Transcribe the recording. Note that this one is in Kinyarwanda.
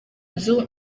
nzu